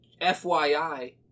FYI